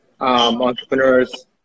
entrepreneurs